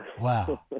Wow